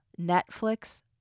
Netflix